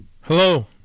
Hello